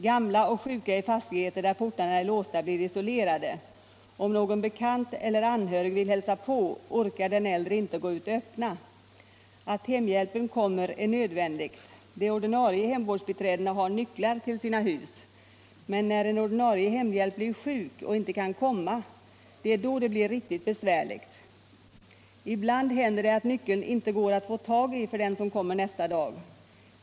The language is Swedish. Gamla och sjuka i fastigheter där portarna är låsta blir isolerade. Om någon bekant eller anhörig vill hälsa på, orkar den äldre inte gå ut och öppna. Att hemhjälpen kommer är nödvändigt. De ordinarie hemvårdsbiträdena har nycklar till sina hus. Men när en ordinarie hemhjälp blir sjuk och inte kan komma —- det är då det blir riktigt besvärligt, säger Marita. Hon säger vidare: ”Ibland händer det att nyckeln inte går att få tag i för den som kommer nästa dag.